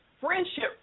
friendship